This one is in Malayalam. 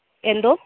എന്തോ